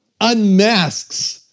unmasks